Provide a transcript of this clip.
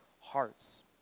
hearts